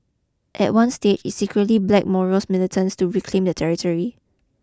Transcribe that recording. at one stage it secretly blacked Moro militants to reclaim the territory